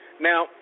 Now